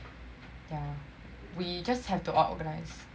we just have to organize